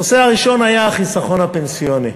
הנושא הראשון היה החיסכון הפנסיוני.